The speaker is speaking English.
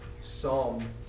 psalm